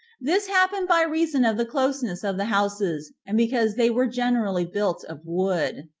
this happened by reason of the closeness of the houses, and because they were generally built of wood.